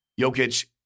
Jokic